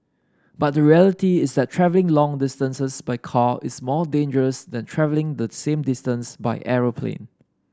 but the reality is that travelling long distances by car is more dangerous than travelling the same distance by aeroplane